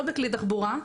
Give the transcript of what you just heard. לא בכלי תחבורה,